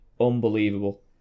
unbelievable